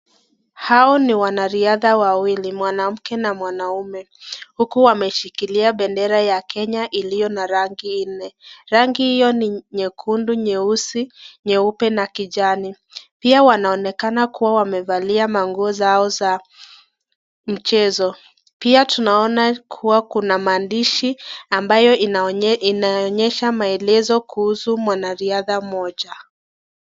Hao ni wanariadha wawili mwanamke na mwanaume huku wameshikilia bendera ya Kenya iliyo na rangi nne, rangi hiyo ni nyekundu, nyeusi, nyeupe na kijani. Pia wanaonekana kuwa wamevalia nguo zao za mchezo. Pia tunaona kuwa kuna maandishi ambayo inaonyesha maelezo kuhusu mwanariadha mmoja.